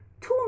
two